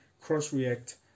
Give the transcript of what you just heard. cross-react